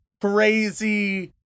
crazy